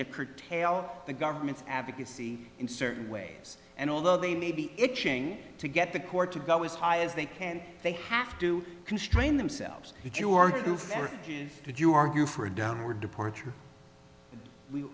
to curtail the government's advocacy in certain ways and although they may be itching to get the court to go as high as they can they have to constrain themselves if you are due to do argue for a downward departure we